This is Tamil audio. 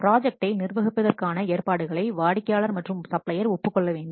ப்ராஜக்டை நிர்வகிப்பதற்கான ஏற்பாடுகளை வாடிக்கையாளர் மற்றும் சப்ளையர் ஒப்புக் கொள்ள வேண்டும்